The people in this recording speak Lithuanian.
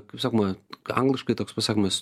kaip sakoma angliškai toks pasakymas